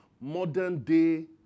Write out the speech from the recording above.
modern-day